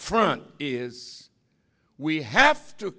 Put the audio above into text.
front is we have to